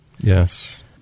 Yes